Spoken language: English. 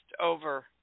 over